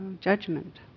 Judgment